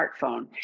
smartphone